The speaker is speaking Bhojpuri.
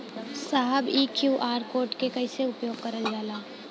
साहब इ क्यू.आर कोड के कइसे उपयोग करल जाला?